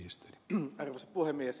arvoisa puhemies